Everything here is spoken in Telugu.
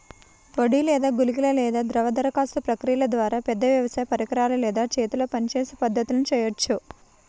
పొడి లేదా గుళికల లేదా ద్రవ దరఖాస్తు ప్రక్రియల ద్వారా, పెద్ద వ్యవసాయ పరికరాలు లేదా చేతితో పనిచేసే పద్ధతులను చేయవచ్చా?